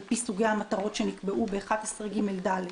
על פי סוגי המטרות שנקבעו ב-11 (ג, ד)."